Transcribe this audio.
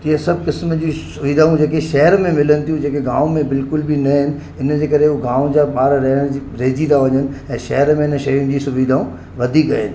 इहे सभु क़िसम जी सुविधाऊं जेके शहर में मिलनि थियूं जेके गांव में बिल्कुलु बि न आहिनि हिनजे करे हू गांव जा ॿार रहण रहिजी था वञनि ऐं शहर में हिन शयुनि जी सुविधाऊं वधीक आहिनि